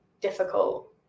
difficult